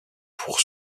pour